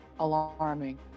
alarming